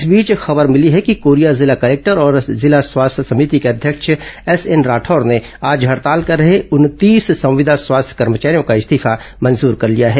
इस बीच खबर मिली है कि कोरिया जिला कलेक्टर और जिला स्वास्थ्य समिति के अध्यक्ष एसएन राठौर ने आज हडताल कर रहे उनतीस संविदा स्वास्थ्य कर्मचारियों का इस्तीफा मंजूर कर लिया है